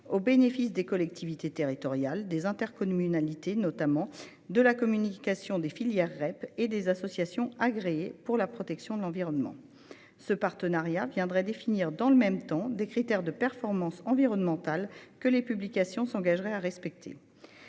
au bénéfice des collectivités territoriales- notamment des intercommunalités -et de la communication des filières REP et des associations agréées pour la protection de l'environnement. Ce partenariat permettrait de définir, dans le même temps, des critères de performance environnementale que les publications s'engageraient à respecter.